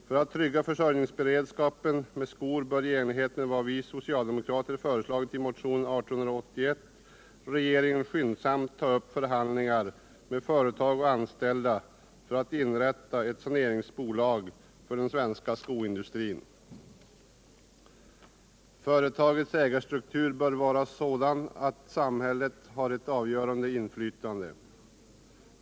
För att trygga försörjningsberedskapen med:skor bör regeringen som vi socialdemokrater föreslagit i motionen 1881, skyndsamt ta upp förhandlingar med företag och anställda för att inrätta ett saneringsbolag för den svenska skoindustrin. Företagets ägarstruktur bör vara sådan att samhället har ett avgörande inflytande.